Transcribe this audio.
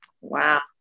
wow